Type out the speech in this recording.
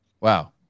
Wow